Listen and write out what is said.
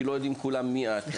כי לא יודעים כולם מי את,